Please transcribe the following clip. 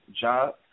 job